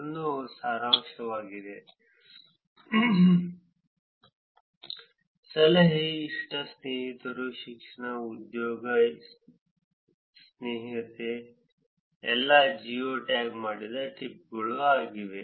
ನೆನಪಿಡಿ ನಾವು ಮೂರು ಜಾಲತಾಣಗಳಿಗಾಗಿ ಮಾಡಿದ್ದೇವೆ ಫೋರ್ಸ್ಕ್ವೇರ್ ಗೂಗಲ್ ಪ್ಲಸ್ ಮತ್ತು ಟ್ವಿಟರ್ ಮೇಯರ್ಶಿಪ್ಗಳಿಗಾಗಿ ಬಳಸಲಾದ ತೀರ್ಮಾನ ಮಾದರಿಗಳು ಸಲಹೆ ಇಷ್ಟ ಸ್ನೇಹಿತರು ಶಿಕ್ಷಣ ಉದ್ಯೋಗ ಸ್ನೇಹಿತ ಎಲ್ಲಾ ಜಿಯೋ ಟ್ಯಾಗ್ ಮಾಡಿದ ಟ್ವೀಟ್ಗಳು ಆಗಿದೆ